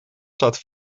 staat